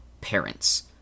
parents